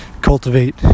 cultivate